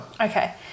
Okay